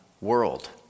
world